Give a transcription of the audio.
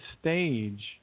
stage